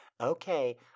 Okay